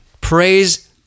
Praise